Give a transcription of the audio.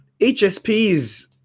HSPs